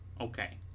Okay